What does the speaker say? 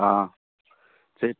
অ'